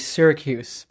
Syracuse